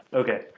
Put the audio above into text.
okay